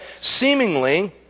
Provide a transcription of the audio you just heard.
seemingly